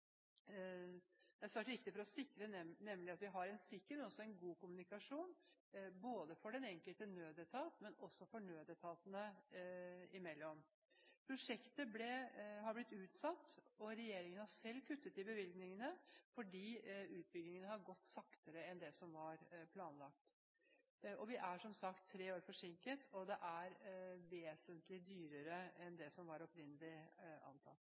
Nødnettet er svært viktig for å sikre at vi har en sikker, men også god kommunikasjon, både for den enkelte nødetat og nødetatene imellom. Prosjektet har blitt utsatt, og regjeringen har selv kuttet i bevilgningene, fordi utbyggingen har gått saktere enn det som var planlagt. Vi er som sagt tre år forsinket, og prosjektet er vesentlig dyrere enn det som var opprinnelig